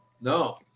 No